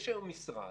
יש היום משרד